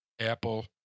Apple